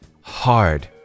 hard